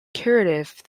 curative